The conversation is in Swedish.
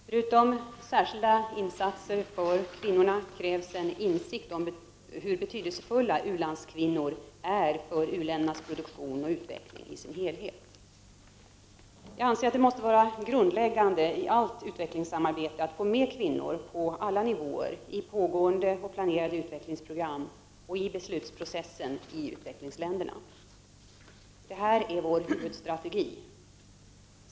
Förutom särskilda insatser för kvinnorna krävs en insikt om hur betydelsefulla u-landskvinnor är för u-ländernas produktion och utveckling i dess helhet. Jag anser att det måste vara grundläggande i allt utvecklingssamarbete att få med kvinnor på alla nivåer i pågående och planerade utvecklingsprogram och i beslutsprocessen i utvecklingsländerna. Detta är vår huvudstrategi.